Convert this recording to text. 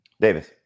Davis